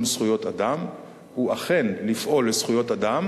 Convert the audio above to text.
זכויות אדם היא אכן לפעול לזכויות אדם,